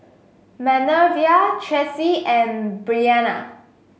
Manervia Traci and Bryanna